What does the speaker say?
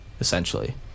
essentially